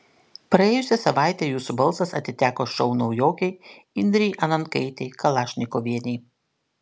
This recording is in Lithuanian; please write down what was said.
praėjusią savaitę jūsų balsas atiteko šou naujokei indrei anankaitei kalašnikovienei